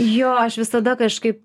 jo aš visada kažkaip